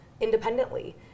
independently